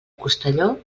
costelló